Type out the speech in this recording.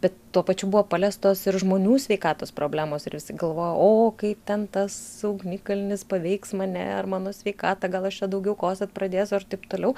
bet tuo pačiu buvo paliestos ir žmonių sveikatos problemos ir visi galvojo o kaip ten tas ugnikalnis paveiks mane ar mano sveikatą gal aš čia daugiau kosėt pradėsiu ar taip toliau